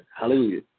Hallelujah